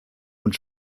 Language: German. und